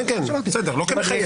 כן, בסדר, לא כמחייבת.